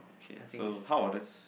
okay so how about this